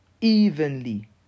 evenly